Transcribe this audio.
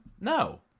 No